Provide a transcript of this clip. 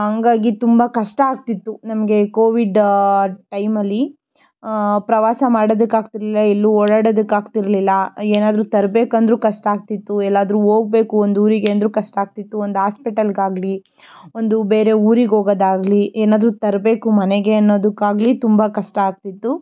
ಹಂಗಾಗಿ ತುಂಬ ಕಷ್ಟ ಆಗ್ತಿತ್ತು ನಮಗೆ ಕೋವಿಡ್ ಟೈಮಲ್ಲಿ ಪ್ರವಾಸ ಮಾಡೋದಕ್ಕೆ ಆಗ್ತಿರಲಿಲ್ಲ ಎಲ್ಲೂ ಓಡಾಡೋದಕ್ಕೆ ಆಗ್ತಿರಲಿಲ್ಲ ಏನಾದರೂ ತರ್ಬೇಕಂದ್ರೂ ಕಷ್ಟ ಆಗ್ತಿತ್ತು ಎಲ್ಲಾದರೂ ಹೋಗ್ಬೇಕು ಒಂದು ಊರಿಗೆ ಅಂದ್ರೂ ಕಷ್ಟ ಆಗ್ತಿತ್ತು ಒಂದು ಆಸ್ಪೆಟಲ್ಗಾಗಲಿ ಒಂದು ಬೇರೆ ಊರಿಗೆ ಹೋಗದಾಗ್ಲಿ ಏನಾದ್ರೂ ತರಬೇಕು ಮನೆಗೆ ಅನ್ನೋದಕ್ಕಾಗ್ಲಿ ತುಂಬ ಕಷ್ಟ ಆಗ್ತಿತ್ತು